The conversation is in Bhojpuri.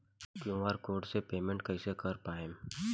क्यू.आर कोड से पेमेंट कईसे कर पाएम?